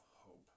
hope